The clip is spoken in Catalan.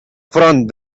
front